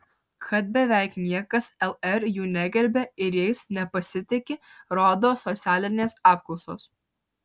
kad beveik niekas lr jų negerbia ir jais nepasitiki rodo socialinės apklausos